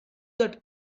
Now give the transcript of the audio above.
that